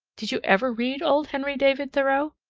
did you ever read old henry david thoreau?